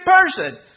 person